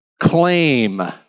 claim